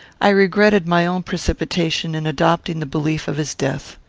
i regretted my own precipitation in adopting the belief of his death.